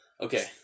Okay